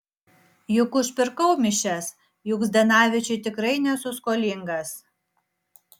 juk užpirkau mišias juk zdanavičiui tikrai nesu skolingas